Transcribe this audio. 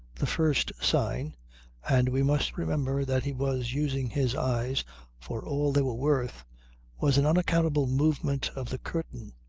the first sign and we must remember that he was using his eyes for all they were worth was an unaccountable movement of the curtain.